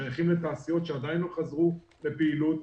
שייכים לתעשיות שעדיין לא חזרו לפעילות,